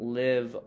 live